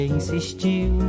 insistiu